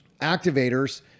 activators